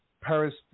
Paris